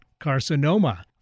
carcinoma